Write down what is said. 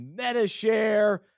MetaShare